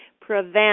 prevent